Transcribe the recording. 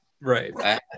Right